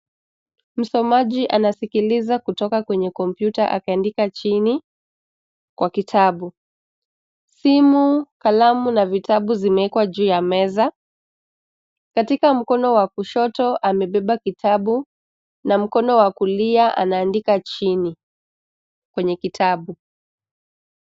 Msomaji anasikiliza kutoka kwenye kompyta akiandika chini kwa kitabu. Simu, kalamu na vitabu zimewekwa juu ya meza. Katika mkono wa kushoto amebeba kitabu na mkono wa kulia anaandika chini kwenye kitabu.